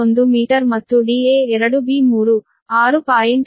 1 metre ಮತ್ತು da2b3 6